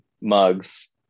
mugs